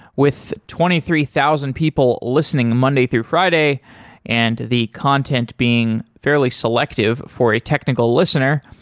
with twenty three thousand people listening monday through friday and the content being fairly selective for a technical listener,